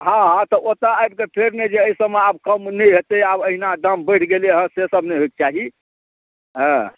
हाँ हाँ तऽ ओतऽ आबिके फेर नहि जे एहिसबमे आब कम नहि हेतै आब एहिना दाम बढ़ि गेलैहँ सेसब नहि होइके चाही अँ